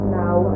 now